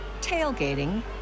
tailgating